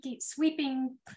sweeping